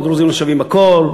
הדרוזים לא שווים בכול,